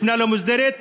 יש בנייה לא מוסדרת,